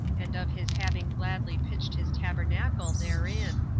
and of his having gladly pitched his tabernacle therein.